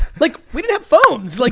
like we didn't have phones. like